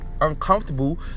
uncomfortable